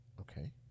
Okay